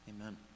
Amen